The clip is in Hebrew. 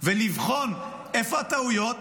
ולבחון איפה הטעויות